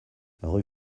rue